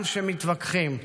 גם כשמתווכחים,